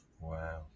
Wow